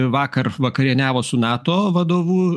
vakar vakarieniavo su nato vadovu